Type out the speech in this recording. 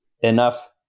enough